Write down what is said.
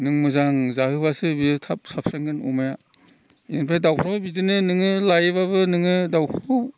नों मोजां जाहोब्लासो बियो थाब साबस्रांगोन अमाय ओमफ्राय दाउफ्राबो बिदिनो नोङो लायोब्लाबो नोङो दाउखौ